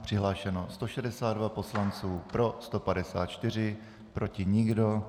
Přihlášeno 162 poslanců, pro 154, proti nikdo.